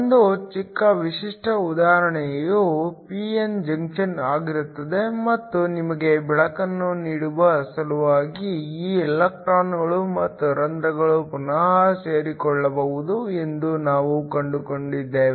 ಒಂದು ಚಿಕ್ಕ ವಿಶಿಷ್ಟ ಉದಾಹರಣೆಯು p n ಜಂಕ್ಷನ್ ಆಗಿರುತ್ತದೆ ಮತ್ತು ನಿಮಗೆ ಬೆಳಕನ್ನು ನೀಡುವ ಸಲುವಾಗಿ ಈ ಎಲೆಕ್ಟ್ರಾನ್ಗಳು ಮತ್ತು ರಂಧ್ರಗಳು ಪುನಃ ಸೇರಿಕೊಳ್ಳಬಹುದು ಎಂದು ನಾವು ಕಂಡುಕೊಂಡಿದ್ದೇವೆ